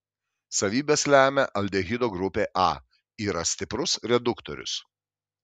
savybes lemia aldehido grupė a yra stiprus reduktorius